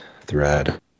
thread